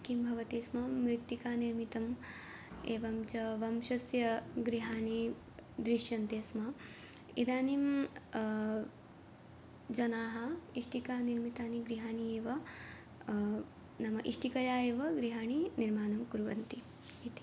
किं भवति स्म मृत्तिकानिर्मितम् एवं च वंशस्य गृहाणि दृश्यन्ते स्म इदानीं जनाः इष्टिकानिर्मितानि गृहाणि एव नाम इष्टिकया एव गृहाणि निर्माणं कुर्वन्ति इति